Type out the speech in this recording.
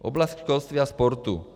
Oblast školství a sportu.